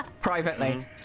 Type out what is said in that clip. privately